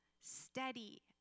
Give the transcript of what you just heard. steady